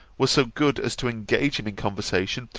was so good as to engage him in conversation,